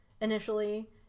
initially